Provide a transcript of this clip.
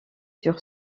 sur